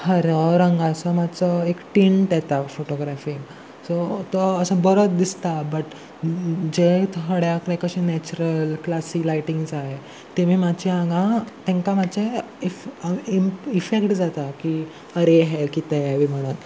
हरो रंगाचो मातसो एक टिंट येता फोटोग्राफीन सो तो असो बरो दिसता बट जे थोड्याक अशें नॅचरल क्लासीक लायटींग जाय तेमी मातशे हांगा तेंकां मातशें इफ इफेक्ट जाता की अरे हे कितें हे बी म्हणोन